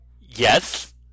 yes